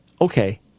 okay